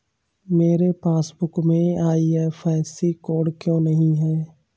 मेरे पासबुक में IFSC code क्यो नहीं है?